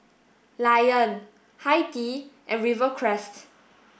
lion Hi Tea and Rivercrest